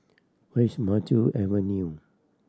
where is Maju Avenue